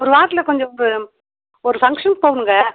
ஒரு வாரத்தில் கொஞ்சம் ஒரு ஒரு ஃபங்க்ஷன் போகணுங்க